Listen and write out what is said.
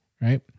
right